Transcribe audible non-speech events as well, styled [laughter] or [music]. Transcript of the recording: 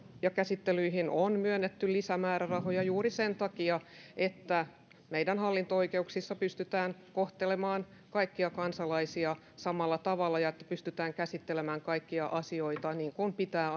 ja käsittelyihin on myönnetty lisämäärärahoja juuri sen takia että meidän hallinto oikeuksissa pystytään kohtelemaan kaikkia kansalaisia samalla tavalla ja että pystytään käsittelemään asianmukaisesti kaikkia asioita niin kuin pitää [unintelligible]